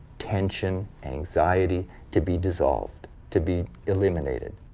tension, anxiety to be dissolved, to be eliminated.